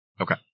Okay